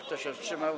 Kto się wstrzymał?